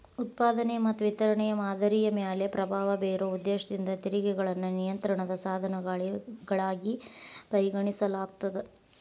ಉತ್ಪಾದನೆ ಮತ್ತ ವಿತರಣೆಯ ಮಾದರಿಯ ಮ್ಯಾಲೆ ಪ್ರಭಾವ ಬೇರೊ ಉದ್ದೇಶದಿಂದ ತೆರಿಗೆಗಳನ್ನ ನಿಯಂತ್ರಣದ ಸಾಧನಗಳಾಗಿ ಪರಿಗಣಿಸಲಾಗ್ತದ